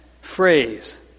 phrase